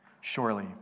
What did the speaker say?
Surely